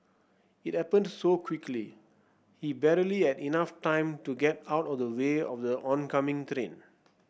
it happened so quickly he barely had enough time to get out of the way of the oncoming